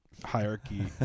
hierarchy